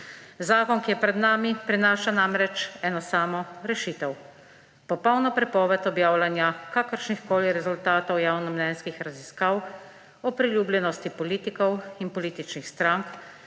Zakon, ki je pred nami, prinaša namreč eno samo rešitev – popolno prepoved objavljanja kakršnihkoli rezultatov javnomnenjskih raziskav o priljubljenosti politikov in političnih strank,